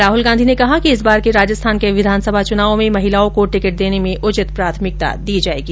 राहुल गांधी ने कहा कि इस बार के राजस्थान के विधानसभा चुनाव में महिलाओं को टिकिट देने में उचित प्राथमिकता दी जायेगी